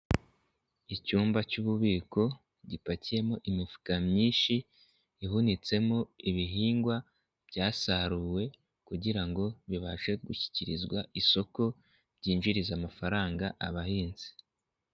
Icyumba cy'ububiko gipakiyemo imifuka myinshi, ihunitsemo ibihingwa byasaruwe kugira ngo bibashe gushyikirizwa isoko, ryinjiriza amafaranga abahinzi.